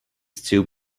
still